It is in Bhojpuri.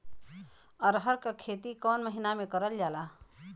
अरहर क खेती कवन महिना मे करल जाला?